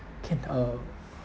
can uh